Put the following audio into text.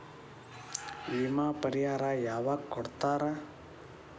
ವಿಮೆ ಪರಿಹಾರ ಯಾವಾಗ್ ಕೊಡ್ತಾರ?